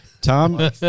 Tom